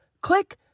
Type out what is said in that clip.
Click